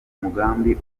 mugambi